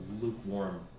lukewarm